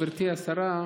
גברתי השרה,